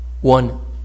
One